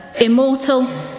Immortal